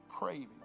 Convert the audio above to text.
craving